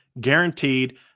guaranteed